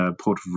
Port